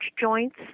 joints